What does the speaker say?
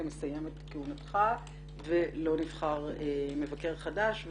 מסיים את כהונתך ולא נבחר מבקר חדש,